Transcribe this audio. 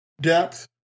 depth